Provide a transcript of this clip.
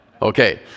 Okay